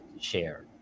share